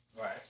Right